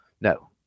No